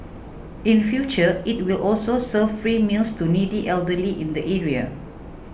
in future it will also serve free meals to needy elderly in the area